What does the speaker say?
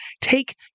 take